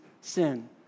sin